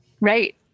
Right